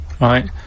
right